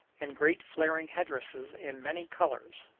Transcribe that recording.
and great flaring headdresses in many colors.